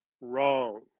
wrong